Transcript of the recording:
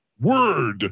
Word